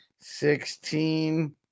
sixteen